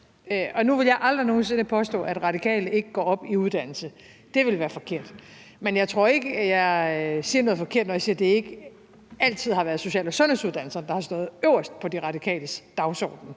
Nu ville jeg aldrig nogen sinde påstå, at Radikale ikke går op i uddannelse – det ville være forkert – men jeg tror ikke, jeg siger noget forkert, når jeg siger, at det ikke altid har været social- og sundhedsuddannelserne, der har stået øverst på De Radikales dagsorden.